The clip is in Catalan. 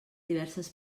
diverses